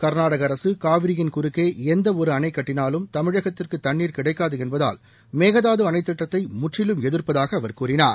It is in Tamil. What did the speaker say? க்நாடக அரசு காவிரியின் குறுக்கே எந்த ஒரு அணை கட்டினாலும் தமிழகத்திற்கு தண்ணீர கிடைக்காது என்பதால் மேகதாது அணைத்திட்டத்தை முற்றிலும் எதிர்ப்பதாக அவர் கூறினார்